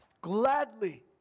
Gladly